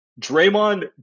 Draymond